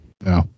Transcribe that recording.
no